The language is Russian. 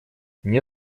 мне